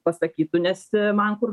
pasakytų nes man kur